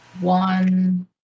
one